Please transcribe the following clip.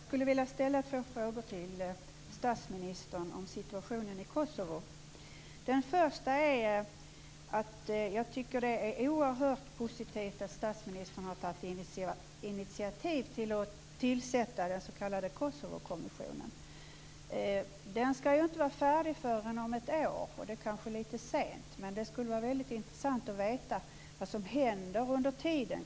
Fru talman! Jag skulle vilja ställa två frågor till statsministern om situationen i Kosovo. Den första är följande: Jag tycker att det är oerhört positivt att statsministern har tagit initiativ till att tillsätta den s.k. Kosovokommissionen. Den ska ju inte vara färdig förrän om ett år, och det kanske är lite sent, men det skulle vara väldigt intressant att veta vad som händer under tiden.